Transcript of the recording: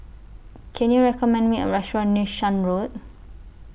Can YOU recommend Me A Restaurant near Shan Road